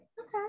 okay